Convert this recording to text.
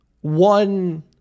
one